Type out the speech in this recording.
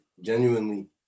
genuinely